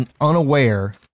unaware